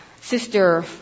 Sister